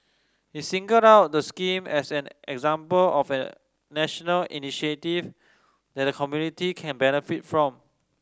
he singled out the scheme as an example of a national initiative that the community can benefit from